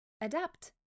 adapt